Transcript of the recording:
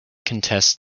contest